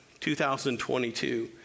2022